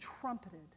trumpeted